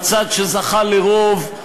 בצד שזכה לרוב,